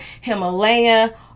Himalaya